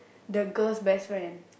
the girl's best friend